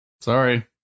sorry